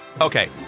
Okay